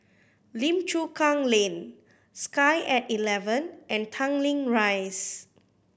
Lim Chu Kang Lane Sky At Eleven and Tanglin Rise